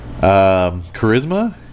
Charisma